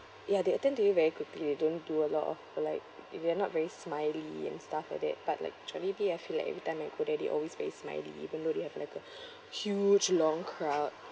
ya they attend to you very quickly you don't do a lot of like they are not very smiley and stuff like that but like jollibee I feel like every time I go there they always very smiley even though they have like a huge long crowd